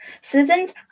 citizens